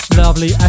lovely